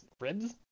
ribs